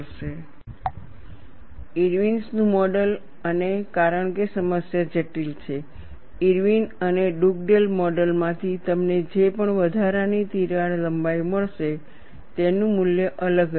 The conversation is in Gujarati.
Irwin's Model ઈર્વિન્સનું મોડલ ઈર્વિન્સનું મોડલ Irwin's model અને કારણ કે સમસ્યા જટિલ છે ઇરવિન અને ડુગડેલ મોડલ માંથી તમને જે પણ વધારાની તિરાડની લંબાઈ મળશે તેનું મૂલ્ય અલગ હશે